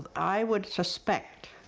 i would suspect,